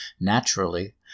Naturally